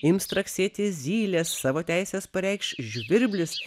ims straksėti zylės savo teises pareikš žvirblis